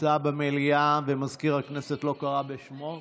שנמצא במליאה ומזכיר הכנסת לא קרא בשמו,